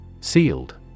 Sealed